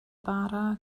bara